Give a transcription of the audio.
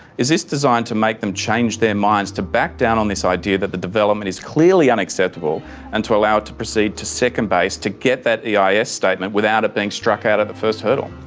is this designed to make them change their minds, to back down on this idea that the development is clearly unacceptable and to allow it to proceed to second base to get that eis statement without it being struck out at the first hurdle?